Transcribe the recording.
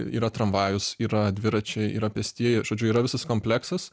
yra tramvajus yra dviračiai yra pėstieji žodžiu yra visas kompleksas